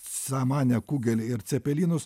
samanę kugelį ir cepelinus